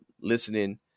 listening